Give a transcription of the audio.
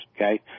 Okay